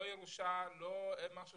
לא ירושה ולא משהו